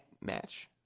match